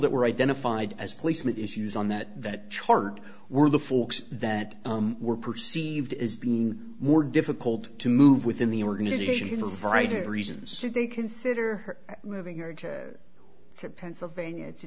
that were identified as placement issues on that that chart were the forks that were perceived as being more difficult to move within the organization invited reasons that they consider moving to pennsylvania to